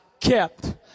kept